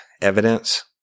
evidence